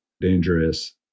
dangerous